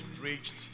preached